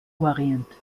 orient